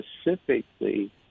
specifically